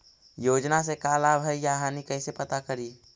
योजना से का लाभ है या हानि कैसे पता करी?